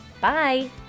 Bye